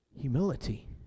humility